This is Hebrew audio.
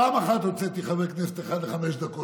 פעם אחת הוצאתי חבר כנסת אחד לחמש דקות